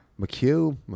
McHugh